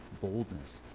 boldness